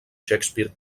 shakespeare